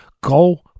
Go